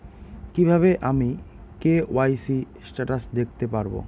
কিভাবে আমি KYC status দেখতে পারবো?